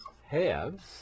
halves